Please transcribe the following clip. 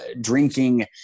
drinking